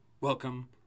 Welcome